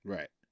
Right